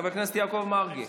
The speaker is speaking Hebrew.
חבר הכנסת יעקב מרגי,